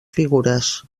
figures